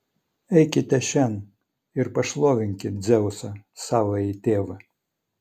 eikite šen ir pašlovinkit dzeusą savąjį tėvą